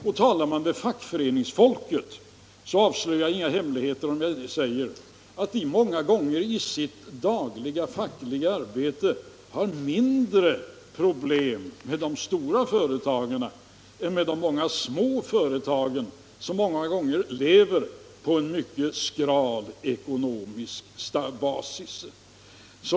Jag avslöjar inte heller några hemligheter, om jag säger att enligt vad som framgår när man talar med fackföreningsfolket har man många gånger i det dagliga fackliga arbetet mindre problem med de stora företagen än med de många små företagen, som ofta lever på en mycket skral ekonomisk basis.